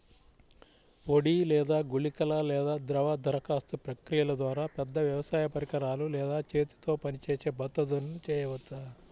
పొడి లేదా గుళికల లేదా ద్రవ దరఖాస్తు ప్రక్రియల ద్వారా, పెద్ద వ్యవసాయ పరికరాలు లేదా చేతితో పనిచేసే పద్ధతులను చేయవచ్చా?